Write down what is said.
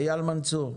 אייל מנצור,